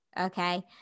okay